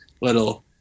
little